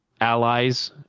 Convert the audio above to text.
allies